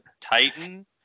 titan